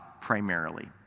primarily